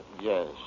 yes